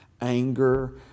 anger